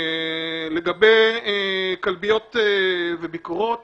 לגבי כלביות וביקורות